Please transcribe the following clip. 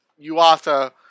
Yuasa